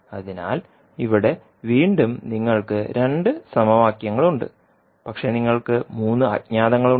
അതിനാൽ ഇവിടെ വീണ്ടും നിങ്ങൾക്ക് 2 സമവാക്യങ്ങളുണ്ട് പക്ഷേ നിങ്ങൾക്ക് 3 അജ്ഞാതങ്ങളുണ്ട്